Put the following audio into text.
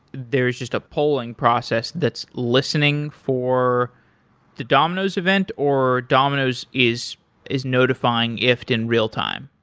there is just a polling process that's listening for the domino's event, or domino's is is notifying ifttt in real-time.